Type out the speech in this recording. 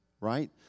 right